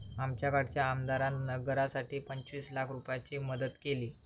आमच्याकडच्या आमदारान नगरासाठी पंचवीस लाख रूपयाची मदत केली